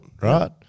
right